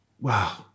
wow